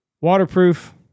waterproof